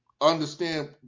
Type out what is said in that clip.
understand